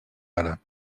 àrab